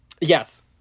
Yes